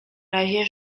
razie